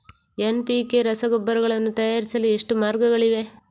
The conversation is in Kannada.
ಎನ್.ಪಿ.ಕೆ ರಸಗೊಬ್ಬರಗಳನ್ನು ತಯಾರಿಸಲು ಎಷ್ಟು ಮಾರ್ಗಗಳಿವೆ?